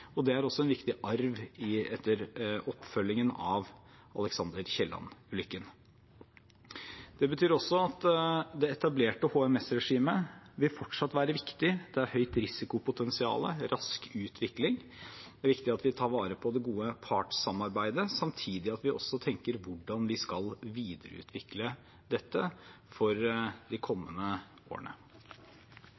Det er også en viktig arv etter oppfølgingen av Alexander L. Kielland-ulykken. Det betyr også at det etablerte HMS-regimet fortsatt vil være viktig. Det er et høyt risikopotensial og rask utvikling, det er viktig at vi tar vare på det gode partssamarbeidet samtidig som vi også tenker hvordan vi skal videreutvikle dette for de